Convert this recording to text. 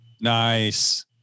Nice